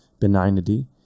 benignity